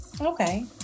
Okay